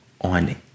on